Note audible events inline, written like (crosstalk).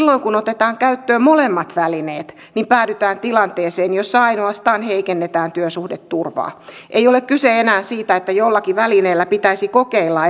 silloin kun otetaan käyttöön molemmat välineet päädytään tilanteeseen jossa ainoastaan heikennetään työsuhdeturvaa ei ole kyse enää siitä että jollakin välineellä pitäisi kokeilla (unintelligible)